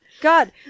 God